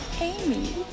Amy